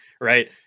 right